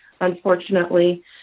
unfortunately